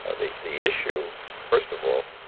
ah the the issue, first of all,